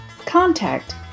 Contact